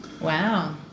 Wow